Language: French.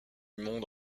monde